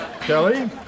Kelly